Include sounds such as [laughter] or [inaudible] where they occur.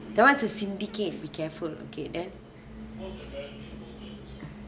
that's one a syndicate be careful okay then [breath]